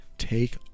take